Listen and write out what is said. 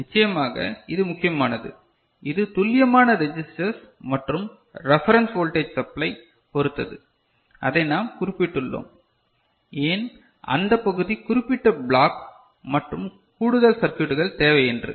நிச்சயமாக இது முக்கியமானது இது துல்லியமான ரெஜிஸ்டர்ஸ் மற்றும் ரிபரன்ஸ் வோல்டேஜ் சப்லை பொறுத்தது அதை நாம் குறிப்பிட்டுள்ளோம் ஏன் அந்த பகுதி குறிப்பிட்ட பிளாக் மற்றும் கூடுதல் சர்க்யூட்டுகள் தேவை என்று